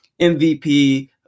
MVP